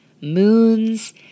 moons